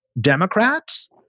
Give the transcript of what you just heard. Democrats